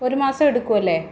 ഒരു മാസം എടുക്കുമല്ലേ